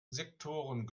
sektoren